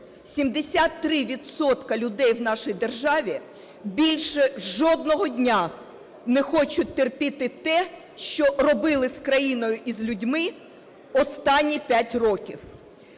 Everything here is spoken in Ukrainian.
людей в нашій державі, більше жодного дня не хочуть терпіти те, що робили з країною і з людьми останні п'ять років.